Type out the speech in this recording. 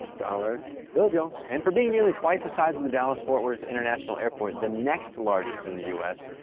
dollar bills y'all. and for being nearly twice the size of the dallas fort-worth international airport, the next largest in the us,